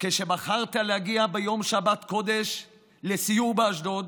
כשבחרת להגיע ביום שבת קודש לסיור באשדוד